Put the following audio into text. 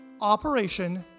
Operation